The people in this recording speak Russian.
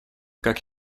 как